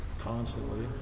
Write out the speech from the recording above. constantly